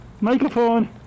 microphone